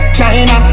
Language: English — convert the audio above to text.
China